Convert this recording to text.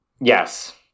Yes